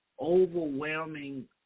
overwhelming